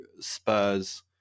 Spurs